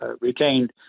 retained